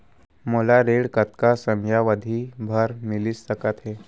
मोला ऋण कतना समयावधि भर मिलिस सकत हे?